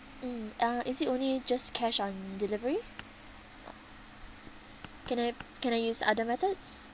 mm uh is it only just cash on delivery uh can I can I use other methods